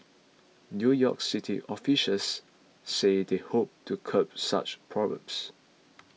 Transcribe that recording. New York City officials said they hoped to curb such problems